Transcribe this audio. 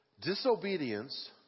Disobedience